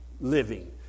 living